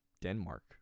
Denmark